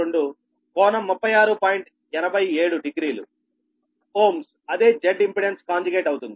870 Ω అదే Z impedance conjugate అవుతుంది